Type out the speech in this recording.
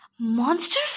Monster